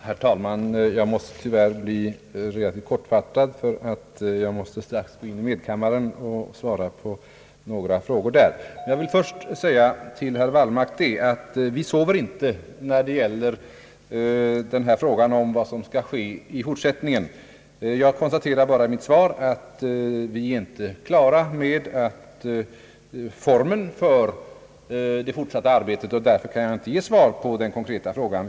Herr talman! Jag får tyvärr bli relativt kortfattad, eftersom jag strax måste in i medkammaren för att där svara på några interpellationer. Till herr Wallmark vill jag först säga att vi inte sover när det gäller frågan om vad som skall ske i fortsättningen. Jag konstaterar bara i mitt svar att vi inte är klara beträffande formen för det fortsatta arbetet. Det är anledningen till att jag inte kan ge svar på den konkreta frågan.